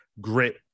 grit